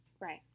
Right